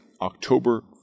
october